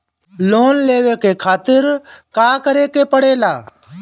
Loan लेवे के खातिर का करे के पड़ेला?